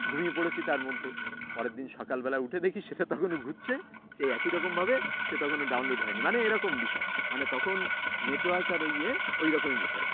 ঘুমিয়ে পড়েছি তার মধ্যে পরের দিন সকালবেলা উঠে দেখি সেটা তখন ঘুরছে সে একই রকমভাবে সে তখন ডাউনলোড হয় নি মানে এরকম বিষয় মানে তখন নেটওয়ার্ক আরও ইয়ে ওই রকমই বিষয়